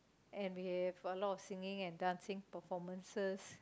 and we have a lot of singing and dancing performances